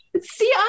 See